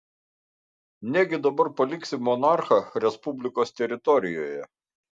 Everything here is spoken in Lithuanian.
negi dabar paliksi monarchą respublikos teritorijoje